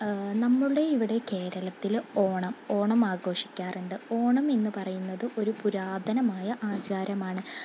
നമ്മുടെ ഇവിടെ കേരളത്തിൽ ഓണം ഓണം ആഘോഷിക്കാറുണ്ട് ഓണം എന്നു പറയുന്നത് ഒരു പുരാതനമായ ആചാരമാണ്